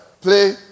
play